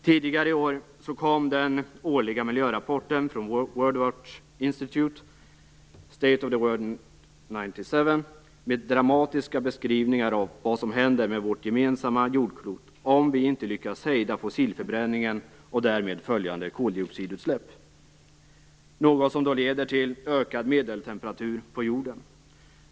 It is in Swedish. Tidigare i år kom den årliga miljörapporten från World Watch Institute State of the World 97 med dramatiska beskrivningar av vad som händer med vårt gemensamma jordklot om vi inte lyckas hejda fossilförbränningen och därmed följande koldioxidutsläpp, något som leder till ökad medeltemperatur på jorden.